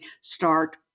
start